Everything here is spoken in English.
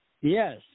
Yes